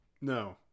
No